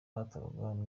hatorwaga